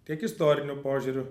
tiek istoriniu požiūriu